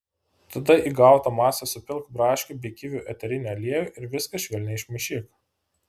tada į gautą masę supilk braškių bei kivių eterinį aliejų ir viską švelniai išmaišyk